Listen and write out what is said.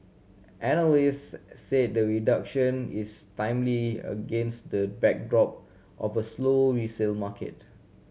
analyst said the reduction is timely against the backdrop of a slow resale market